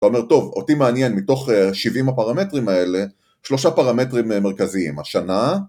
אתה אומר טוב, אותי מעניין מתוך שבעים הפרמטרים האלה שלושה פרמטרים מרכזיים השנה